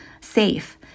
safe